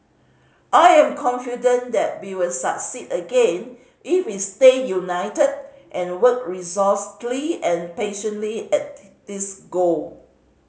I am confident that we will succeed again if we stay united and work and patiently at this goal